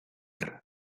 lugar